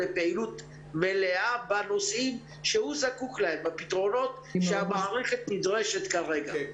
לפעילות מלאה בנושאים שהוא זקוק להם ובפתרונות שהמערכת נדרשת כרגע.